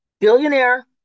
Billionaire